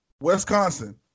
Wisconsin